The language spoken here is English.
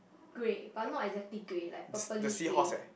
grey but not exactly grey like purplish grey